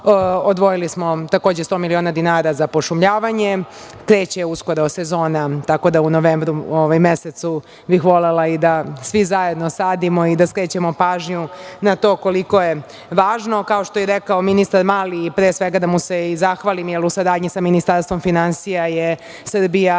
Odvojili smo 100 miliona dinara za pošumljavanje. Kreće uskoro sezona, tako da u novembru mesecu bih volela da svi zajedno sadimo i skrećemo pažnju na to koliko je važno. Kao što je rekao ministar Mali, pre svega i da mu se zahvalim, jer u saradnji sa Ministarstvom finansija je Srbija